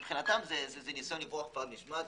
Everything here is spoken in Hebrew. מבחינתם זה ניסיון לברוח מהמשפט,